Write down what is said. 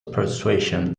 persuasion